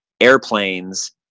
airplanes